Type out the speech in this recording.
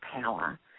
power